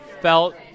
felt